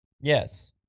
Yes